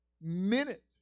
minute